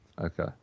Okay